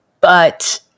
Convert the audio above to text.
But-